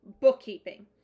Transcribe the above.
bookkeeping